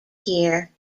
here